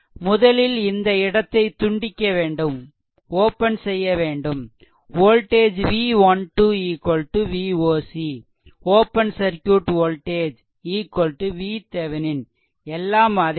முதலில் இந்த இடத்தை துண்டிக்க வேண்டும் voltage V12 Voc open circuit voltage VThevenin எல்லாம் அதே தான்